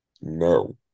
No